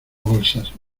bolsas